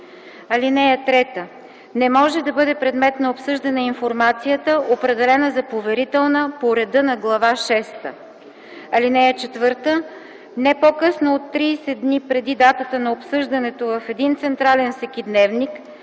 2 и 3. (3) Не може да бъде предмет на обсъждане информацията, определена за поверителна по реда на Глава шеста. (4) Не по-късно от 30 дни преди датата на обсъждането в един централен всекидневник,